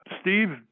Steve